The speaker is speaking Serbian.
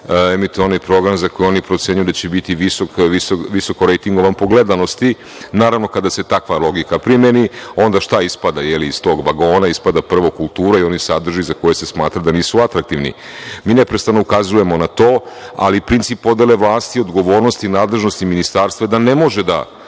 emituju one programe za koje jednostavno procenjuju da će biti visoko rejtingovan po gledanosti. Naravno, kada se takva logika primeni, onda šta ispada, je li, iz tog vagona, ispada prvo kultura i oni sadržaji za koje se smatra da nisu atraktivni. Mi neprestano ukazujemo na to, ali princip podele vlasti i odgovornost i nadležnosti Ministarstva je da ne može da